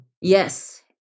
Yes